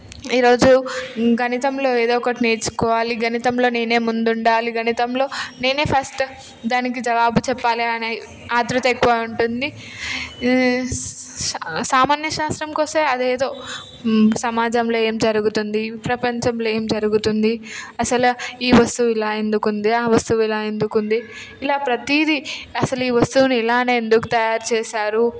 ఈరోజు గణితంలో ఏదో ఒకటి నేర్చుకోవాలి గణితంలో నేనే ముందు ఉండాలి గణితంలో నేనే ఫస్ట్ దానికి జవాబు చెప్పాలి అనే ఆతురత ఎక్కువ ఉంటుంది సామాన్య శాస్త్రంకి వస్తే అది ఏదో సమాజంలో ఏం జరుగుతుంది ప్రపంచంలో ఏం జరుగుతుంది అసలు ఈ వస్తువు ఇలా ఎందుకు ఉంది ఆ వస్తువు ఇలా ఎందుకు ఉంది ఇలా ప్రతీది అసలు ఈ వస్తువుని ఇలానే ఎందుకు తయారు చేసారు